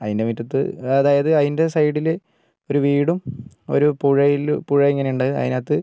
അതിൻ്റെ മിറ്റത്ത് അതായത് അതിൻ്റെ സൈഡില് ഒരു വീടും ഒരു പുഴയില് പുഴയിങ്ങനെയുണ്ട് അതിനകത്ത്